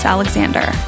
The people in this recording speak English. Alexander